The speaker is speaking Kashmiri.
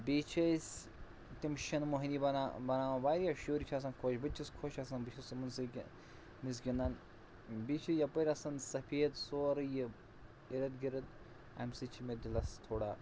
بیٚیہِ چھِ أسۍ تِم شِنہٕ مۅہنِی بَنا بَناوان واریاہ شُرۍ چھِ آسان خۄش بہٕ تہِ چھُس خۄش آسان بہٕ چھُس تِمَن سۭتۍ مٔنٛزۍ گِنٛدان بیٚیہِ چھِ یَپٲرۍ آسان سفید سورُے یہِ اِرد گِرد اَمہِ سۭتۍ چھِ مےٚ دِلَس تھوڑا